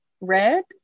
red